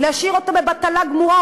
להשאיר אותו בבטלה גמורה,